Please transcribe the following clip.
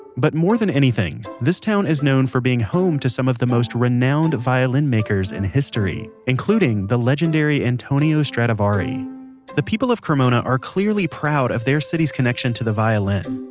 but more than anything, this town is known for being home to some of the most renowned violin makers in history, including the legendary antonio stradivari the people of cremona are clearly proud of their city's connection to the violin.